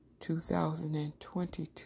2022